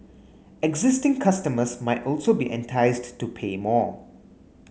existing customers might also be enticed to pay more